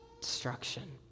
destruction